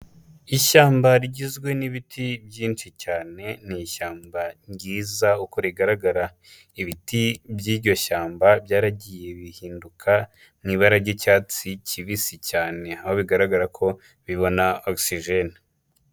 Ishyamba rigizwe n'ibiti byinshi cyane, ni ishyamba ryiza uko rigaragara. Ibiti by'iryo shyamba, byaragiye bihinduka mu ibara ry'icyatsi kibisi cyane; aho bigaragara ko bibona oxygen.